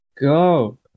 Go